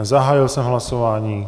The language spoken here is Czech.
Zahájil jsem hlasování.